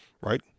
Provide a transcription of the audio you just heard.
right